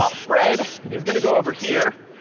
but fred is going to go over here.